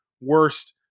worst